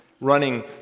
Running